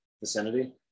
vicinity